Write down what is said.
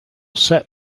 set